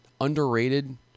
underrated